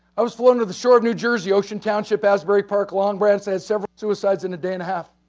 i was flown to the shore of new jersey, ocean township, asbury park, long branch, they had several suicides in a day and a half.